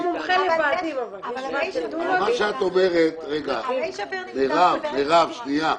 מי שפיר נמצא בפרק נפרד.